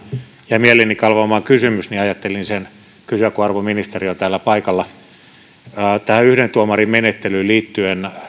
jäi mieleeni kalvamaan kysymys niin ajattelin sen kysyä kun arvon ministeri on täällä paikalla tähän yhden tuomarin menettelyyn liittyen